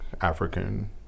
African